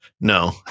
No